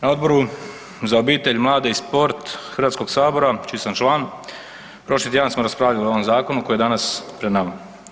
Na Odboru za obitelj, mlade i sport HS-a čiji sam član, prošli tjedan smo raspravljali i ovom zakonu koji je danas pred nama.